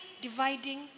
dividing